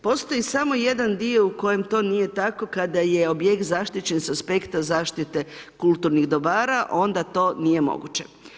Postoji samo jedan dio u kojem to nije tako, kada je objekt zaštićen sa aspekta zaštite kulturnih dobara, onda to nije moguće.